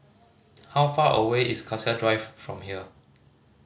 how far away is Cassia Drive from here